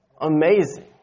amazing